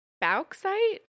bauxite